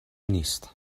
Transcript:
نیست